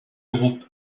groupe